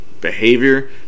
behavior